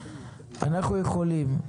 אנחנו יכולים,